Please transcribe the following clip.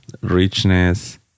richness